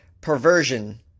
perversion